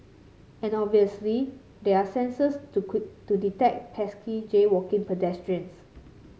and obviously there are sensors to detect pesky jaywalking pedestrians